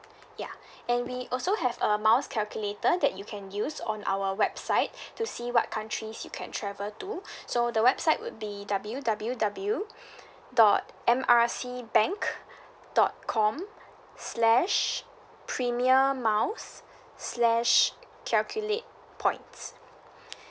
ya and we also have a miles calculator that you can use on our website to see what countries you can travel to so the website would be W W W dot M R C bank dot com slash premier miles slash calculate points